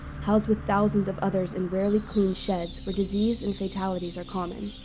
housed with thousands of others in rarely-cleaned sheds where disease and fatalities are common.